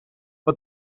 but